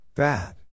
Bad